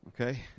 okay